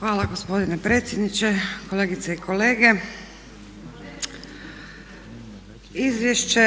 Hvala gospodine predsjedniče, kolegice i kolege. Izvješće